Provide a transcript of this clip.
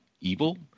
evil